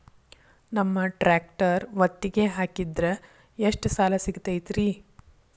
ನಮ್ಮ ಟ್ರ್ಯಾಕ್ಟರ್ ಒತ್ತಿಗೆ ಹಾಕಿದ್ರ ಎಷ್ಟ ಸಾಲ ಸಿಗತೈತ್ರಿ?